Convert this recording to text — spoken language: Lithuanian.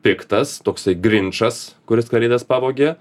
piktas toksai grinčas kuris kalėdas pavogė